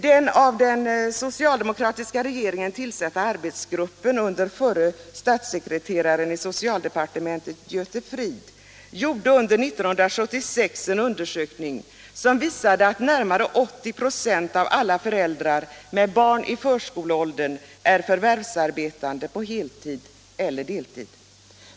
Den av den socialdemokratiska regeringen tillsatta arbetsgruppen under förre statssekreteraren i socialdepartementet Göte Fridh gjorde under 1976 en undersökning som visade att närmare 80 96 av alla föräldrar med barn i förskoleåldern är förvärvsarbetande på heltid eller deltid.